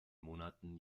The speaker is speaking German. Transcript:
monaten